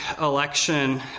election